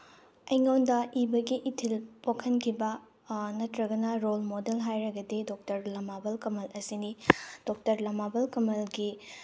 ꯑꯩꯉꯣꯟꯗ ꯏꯕꯒꯤ ꯏꯊꯤꯜ ꯄꯣꯛꯍꯟꯈꯤꯕ ꯅꯠꯇ꯭ꯔꯒꯅ ꯔꯣꯜ ꯃꯣꯗꯦꯜ ꯍꯥꯏꯔꯒꯗꯤ ꯗꯣꯛꯇꯔ ꯂꯃꯥꯕꯝ ꯀꯃꯜ ꯑꯁꯤꯅꯤ ꯗꯣꯛꯇꯔ ꯂꯃꯥꯕꯝ ꯀꯃꯜꯒꯤ